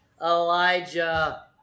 elijah